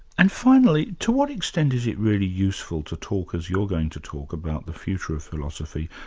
and finally, to what extent is it really useful to talk as you're going to talk, about the future of philosophy,